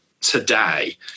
today